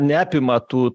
neapima tų